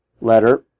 letter